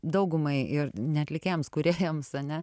daugumai ir ne atlikėjams kūrėjams ane